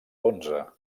onze